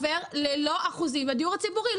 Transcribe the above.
לא יכול להיות שזה עובר ללא אחוזים לדיור הציבורי.